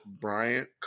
Bryant